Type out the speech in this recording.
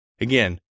Again